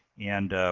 and